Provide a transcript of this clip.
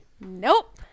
Nope